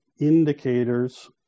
indicators